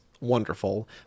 wonderful